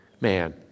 man